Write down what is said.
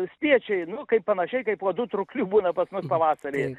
spiečiai nu kaip panašiai kaip uodų trūklių būna pas mus pavasarį